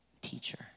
Teacher